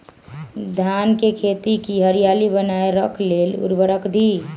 धान के खेती की हरियाली बनाय रख लेल उवर्रक दी?